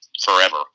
forever